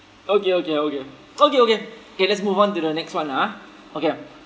okay okay okay okay okay okay let's move on to the next one lah ah okay